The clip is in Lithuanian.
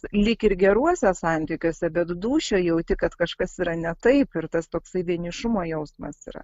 lyg ir geruose santykiuose bet dūšioj jauti kad kažkas yra ne taip ir tas toksai vienišumo jausmas yra